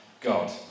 God